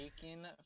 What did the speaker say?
taken